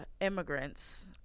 immigrants